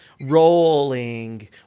rolling